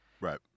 right